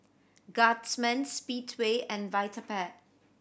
Guardsman Speedway and Vitapet